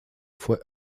fue